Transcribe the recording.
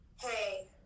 hey